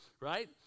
right